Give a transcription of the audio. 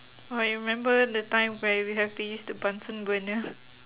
oh I remember the time where we have to use the bunsen burner